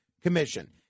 commission